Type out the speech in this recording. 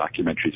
documentaries